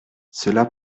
cela